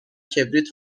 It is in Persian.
کبریت